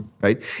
right